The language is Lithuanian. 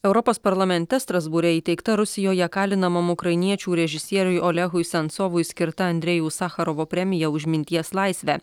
europos parlamente strasbūre įteikta rusijoje kalinamam ukrainiečių režisieriui olehui sensovui skirta andrejaus sacharovo premija už minties laisvę